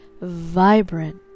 vibrant